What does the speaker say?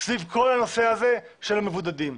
סביב כל הנושא הזה של המבודדים,